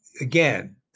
again